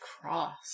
cross